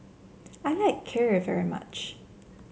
I like Kheer very much